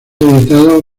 editado